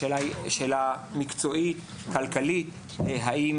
השאלה היא שאלה מקצועית כלכלית האם